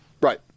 Right